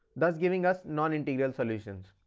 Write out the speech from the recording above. thus giving us non-integral solutions.